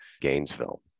Gainesville